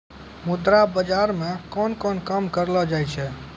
मुद्रा बाजार मे कोन कोन काम करलो जाय छै